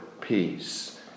peace